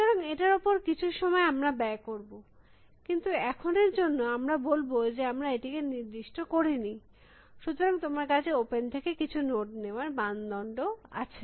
সুতরাং এটার উপর কিছু সময় আমরা ব্যয় করব কিন্তু এখনে র জন্য আমরা বলব যে আমরা এটিকে নির্দিষ্ট করিনি সুতরাং তোমার কাছে ওপেন থেকে কিছু নোড নেওয়ার মানদণ্ড আছে